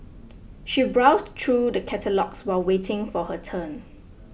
she browsed through the catalogues while waiting for her turn